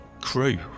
crew